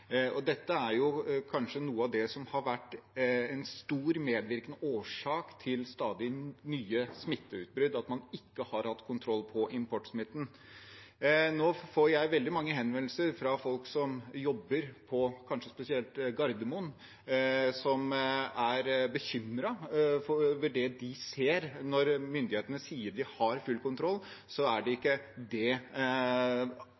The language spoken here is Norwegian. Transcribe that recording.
er kanskje noe av det som har vært en stor, medvirkende årsak til stadig nye smitteutbrudd, at man ikke har hatt kontroll på importsmitten. Jeg får nå veldig mange henvendelser fra folk som jobber kanskje spesielt på Gardermoen, som er bekymret over det de ser. Når myndighetene sier de har full kontroll, er det